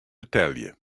betelje